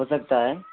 ہو سکتا ہے